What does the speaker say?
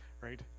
right